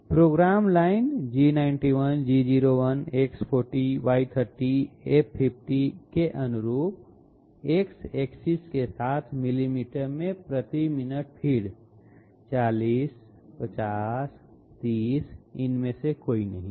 programme line G91 G01 X40 Y30 F50 के अनुरूप X axis के साथ मिलीमीटर में प्रति मिनट फ़ीड 40 50 30 इनमें से कोई नहीं है